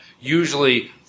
usually